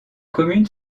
commune